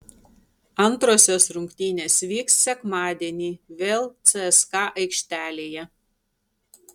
antrosios rungtynės vyks sekmadienį vėl cska aikštelėje